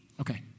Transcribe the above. Okay